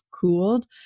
cooled